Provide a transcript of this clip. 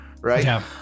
right